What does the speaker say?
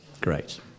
Great